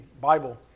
Bible